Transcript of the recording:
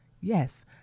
Yes